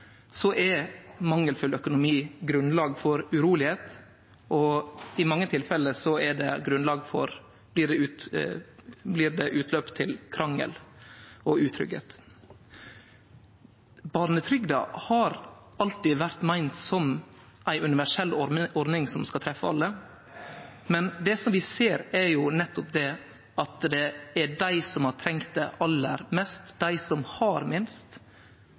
mange tilfelle blir det utløp til krangel og utryggleik. Barnetrygda har alltid vore meint som ei universell ordning som skal treffe alle, men det vi ser, er at det er nettopp dei som har trunge ho aller mest, dei som har minst,